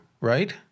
right